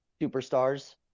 superstars